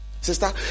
sister